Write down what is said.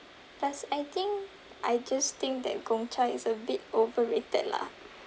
thus I think I just think that Gong Cha is a bit overrated lah